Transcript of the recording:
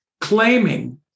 claiming